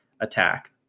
attack